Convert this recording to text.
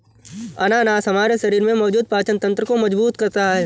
अनानास हमारे शरीर में मौजूद पाचन तंत्र को मजबूत करता है